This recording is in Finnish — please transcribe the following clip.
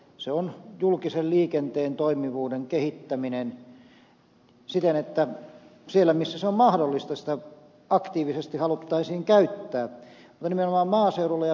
se on julkisen liikenteen toimivuuden kehittäminen siten että siellä missä julkisen liikenteen käyttäminen on mahdollista ja sitä aktiivisesti haluttaisiin käyttää sitä voitaisiin käyttää